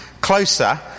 closer